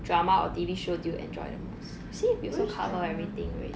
drama or T_V show do you enjoy the most see we also cover everything already